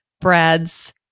Brad's